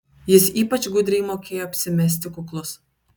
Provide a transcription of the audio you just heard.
jis ypač gudriai mokėjo apsimesti kuklus